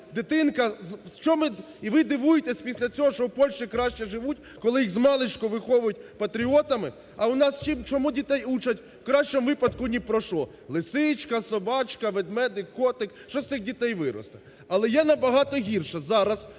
В чому… І ви дивуєтесь після цього, що в Польщі краще живуть, коли їх змалечку виховують патріотами. А у нас чому дітей учать? В кращому випадку, ні про що: лисичка, собачка, ведмедик, котик. Що з цих дітей виросте?! Але є набагато гірше. Зараз